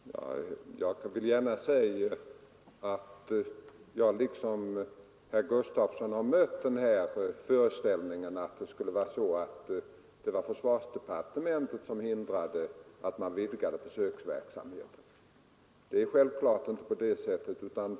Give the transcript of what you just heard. Herr talman! Jag vill gärna säga att jag liksom herr Gustavsson i Nässjö har mött denna föreställning att det skulle vara försvarsdepartementet som hindrade att man vidgar försöksverksamheten. Det är självfallet inte på det sättet.